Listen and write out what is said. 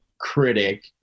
critic